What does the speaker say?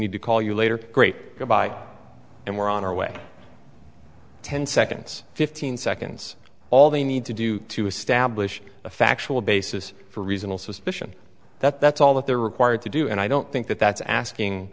need to call you later great good bye and we're on our way ten seconds fifteen seconds all they need to do to establish a factual basis for reasonable suspicion that that's all that they're required to do and i don't think that that's asking